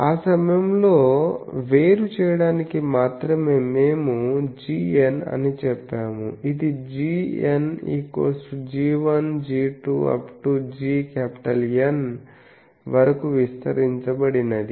ఆ సమయంలో వేరు చేయడానికి మాత్రమే మేము gn అని చెప్పాము ఇదిgn g1 g2 gN వరకు విస్తరించబడినది